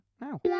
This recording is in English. now